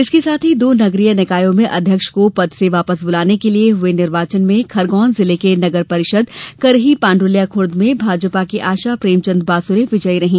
इसके साथ ही दो नगरीय निकायों में अध्यक्ष को पद से वापस बुलाने के लिये हुये निर्वाचन में खरगौन जिले के नगर परिषद करही पांडल्याखूर्द में भाजपा की आशा प्रेमचन्द्र बासुरे विजयी रहीं